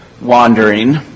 wandering